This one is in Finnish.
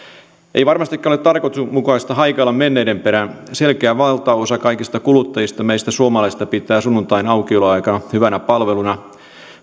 ei varmastikaan ole tarkoituksenmukaista haikailla menneiden perään selkeä valtaosa kaikista meistä suomalaisista kuluttajista pitää sunnuntain aukioloaikaa hyvänä palveluna